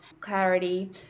clarity